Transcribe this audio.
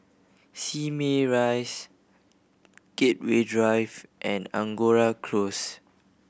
Simei Rise Gateway Drive and Angora Close